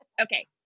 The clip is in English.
Okay